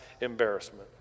embarrassment